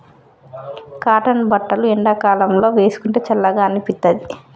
cotton బట్టలు ఎండాకాలం లో వేసుకుంటే చల్లగా అనిపిత్తది